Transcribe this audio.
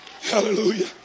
Hallelujah